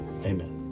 Amen